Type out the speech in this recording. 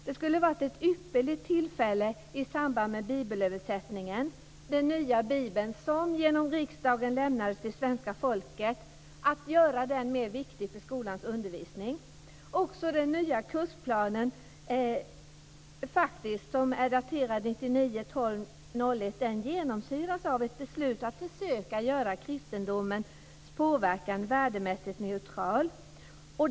Det hade varit ett ypperligt tillfälle att i samband med bibelöversättningen göra den nya bibeln, som via riksdagen lämnades till svenska folket, mer viktig för skolans undervisning. Också den nya kursplanen, som är daterad den 1 december 1999, genomsyras av ett beslut att försöka göra kristendomens påverkan värdemässigt neutral.